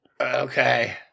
Okay